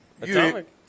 Atomic